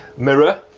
mirror